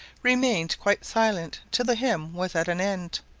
remained quite silent till the hymn was at an end.